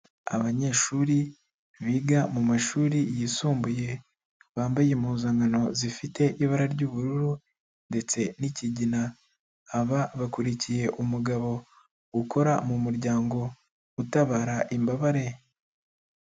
Abanyeshuri biga mu mu mashuri yisumbuye, bambaye impuzankano zifite ibara ry'ubururu ndetse n'ikigina, aba bakurikiye umugabo ukora mu muryango utabara imbabare.